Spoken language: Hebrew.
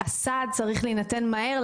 הסעד צריך להינתן מהר,